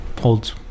holds